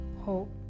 hope